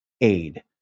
Aid